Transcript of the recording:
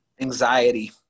anxiety